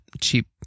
cheap